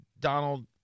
Donald